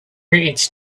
its